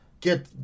get